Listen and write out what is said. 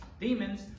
demons